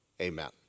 amen